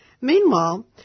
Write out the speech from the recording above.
Meanwhile